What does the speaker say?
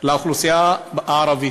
באוכלוסייה הערבית,